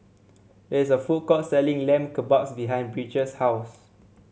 there is a food court selling Lamb Kebabs behind Bridget's house